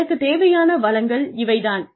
எனக்குத் தேவையான வளங்கள் இவை தான்